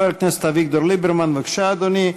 חבר הכנסת אביגדור ליברמן, בבקשה, אדוני,